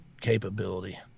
capability